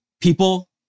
people